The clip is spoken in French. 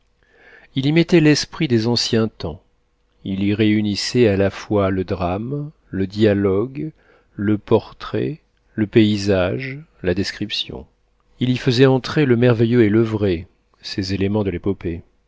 il y mettait l'esprit des anciens temps il y réunissait à la fois le drame le dialogue le portrait le paysage la description il y faisait entrer le merveilleux et le vrai ces éléments de l'épopée